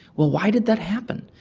well, why did that happen?